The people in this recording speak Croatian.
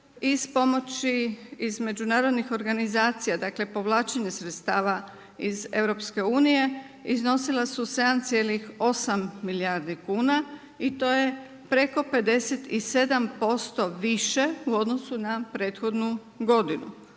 iz pomoći iz međunarodnih organizacija, dakle, povlačenje sredstava iz EU, iznosila su 7,8 milijardi kuna i to je preko 57% više u odnosu na prethodnu godinu.